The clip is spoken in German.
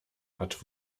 hat